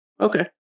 okay